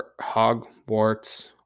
Hogwarts